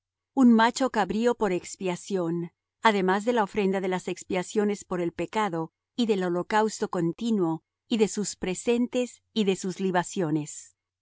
un macho cabrío por expiación además de la ofrenda de las expiaciones por el pecado y del holocausto continuo y de sus presentes y de sus libaciones